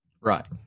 Right